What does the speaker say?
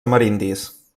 amerindis